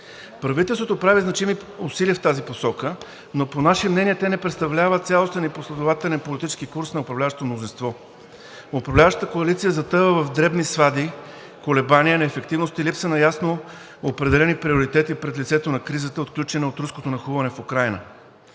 Правителството прави значими усилия в тази посока, но по наше мнение те не представляват цялостен и последователен политически курс на управляващото мнозинство. Управляващата коалиция затъва в дребни свади, колебания, неефективност и липса на ясно определени приоритети пред лицето на кризата, отключена от руското нахлуване в Украйна.